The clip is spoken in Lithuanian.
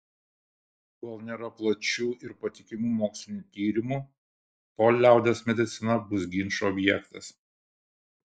kol nėra plačių ir patikimų mokslinių tyrimų tol liaudies medicina bus ginčų objektas